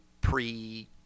pre